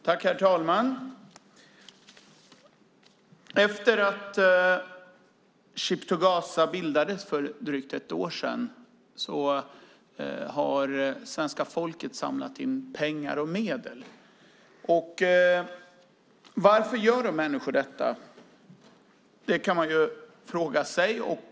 Herr talman! Efter att Ship to Gaza bildades för drygt ett år sedan har svenska folket samlat in pengar och medel. Varför gör människor detta? Det kan man fråga sig.